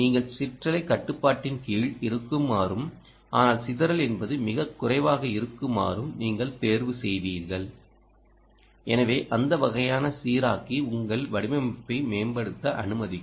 நீங்கள் சிற்றலை கட்டுப்பாட்டின் கீழ் இருக்குமாறும் ஆனால் சிதறல் என்பது மிகக் குறைவாக இருக்குமாறும் நீங்கள் தேர்வு செய்வீர்கள் எனவே அந்த வகையான சீராக்கி உங்கள் வடிவமைப்பை மேம்படுத்த அனுமதிக்கும்